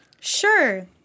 Sure